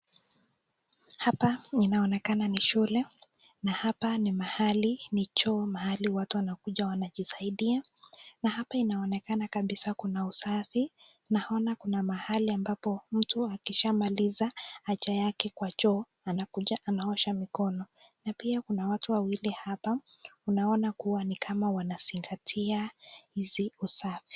Hapa inaonekana ni shule na hapa ni mahali ni choo mahali watu wanakuja wajisaidia na hapa inaonekana kabiza Kuna usafi naona Kuna mahali ambapo mtu akishaa maliza haja yake kwa choo anakuja anaosha mkono na pia Kuna watu wawili happa unaona inakuwwa ni kama anasingatia usafi.